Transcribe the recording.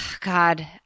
God